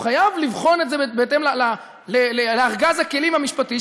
הוא חייב לבחון את זה בהתאם לארגז הכלים המשפטי,